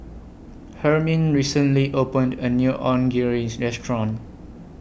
Hermine recently opened A New Onigiri Restaurant